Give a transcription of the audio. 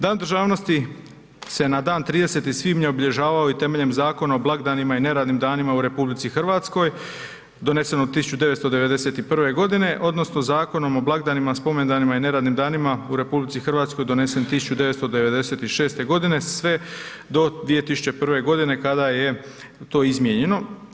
Dan državnosti se na dan 30. svibnja obilježavao i temeljem Zakona o blagdanima i neradnim danima u RH, donesenog 1991. g. odnosno Zakonom o blagdanima, spomendanima i neradnim danima u RH donesen 1996. g. sve do 2001. g. kada je to izmijenjeno.